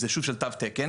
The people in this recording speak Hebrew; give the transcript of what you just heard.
זה סוג של תו תקן,